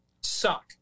suck